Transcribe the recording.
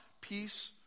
peace